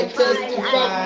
testify